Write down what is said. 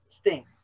Sting